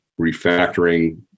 refactoring